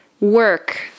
work